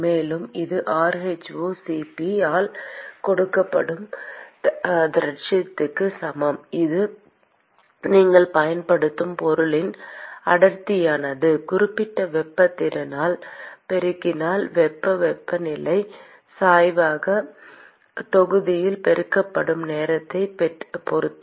மேலும் இது rhoCp ஆல் கொடுக்கப்படும் திரட்சிக்கு சமம் இது நீங்கள் பயன்படுத்தும் பொருளின் அடர்த்தியானது குறிப்பிட்ட வெப்பத் திறனால் பெருக்கினால் வெப்ப வெப்பநிலை சாய்வாக தொகுதியால் பெருக்கப்படும் நேரத்தைப் பொறுத்து